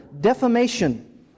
Defamation